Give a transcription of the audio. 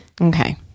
Okay